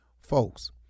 Folks